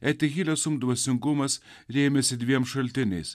etihilesum dvasingumas rėmėsi dviem šaltiniais